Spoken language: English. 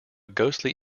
ghostly